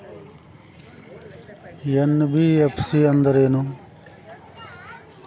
NBFC ಅಂದ್ರೇನು?